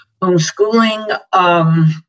homeschooling